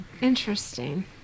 Interesting